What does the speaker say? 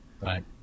Right